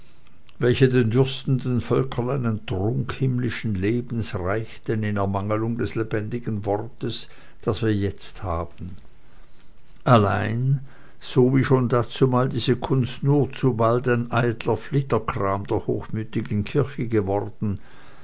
welche den dürstenden völkern einen trunk himmlischen lebens reichten in ermangelung des lebendigen wortes das wir jetzt haben allein so wie schon dazumal diese kunst nur zu bald ein eitler flitterkram der hochmütigen kirche geworden